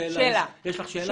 יש לך שאלה?